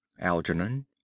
Algernon